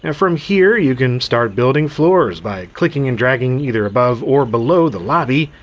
and from here you can start building floors by clicking and dragging either above or below the lobby.